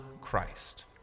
Christ